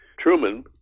Truman